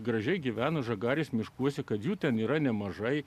gražiai gyvena žagarės miškuose kad jų ten yra nemažai